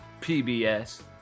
PBS